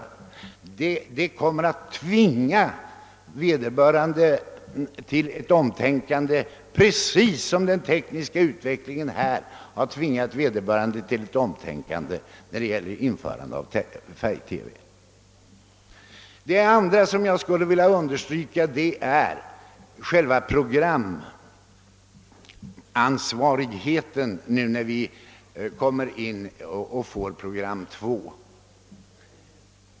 Dessa båda faktorer kommer att tvinga vederbörande till ett omtänkande precis på samma sätt som den tekniska utvecklingen redan gjort det i fråga om färgtelevisionen. Den andra fråga som jag skulle vilja ta upp gäller organisationen och ansvaret för programverksamheten när vi nu får ett program 2.